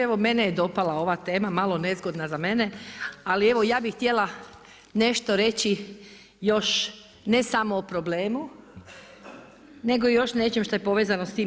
Evo mene je dopala ova tema, malo nezgodna za mene, ali evo ja bi htjela nešto reći još ne samo o problemu nego još nečemu što je povezano s tim.